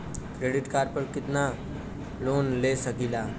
Credit card पर कितनालोन ले सकीला?